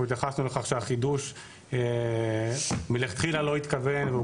אנחנו התייחסנו לכך שהחידוש מלכתחילה לא התכוון והוא